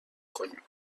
کنیم